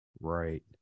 right